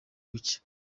buke